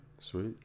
Sweet